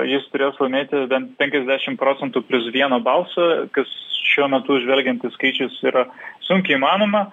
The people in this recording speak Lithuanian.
jis turės laimėti bent penkiasdešimt procentų plius vieną balsą kas šiuo metu žvelgiant į skaičius yra sunkiai įmanoma